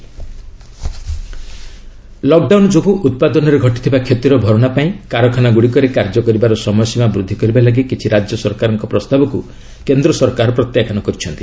centre working hours lockdown ଯୋଗୁଁ ଉତ୍ପାଦନରେ ଘଟିଥିବା କ୍ଷତିର ଭରଣା ପାଇଁ କାରଖାନା ଗୁଡ଼ିକରେ କାର୍ଯ୍ୟ କରିବାର ସମୟ ସୀମା ବୃଦ୍ଧି କରିବା ଲାଗି କିଛି ରାଜ୍ୟ ସରକାରଙ୍କ ପ୍ରସ୍ତାବକୁ କେନ୍ଦ୍ର ସରକାର ପ୍ରତ୍ୟାଖ୍ୟାନ କରିଛନ୍ତି